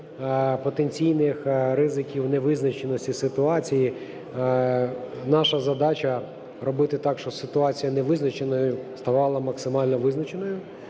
потенційних ризиків невизначеності ситуації, наша задача робити так, щоб ситуація невизначеною ставала максимально визначеною,